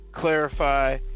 clarify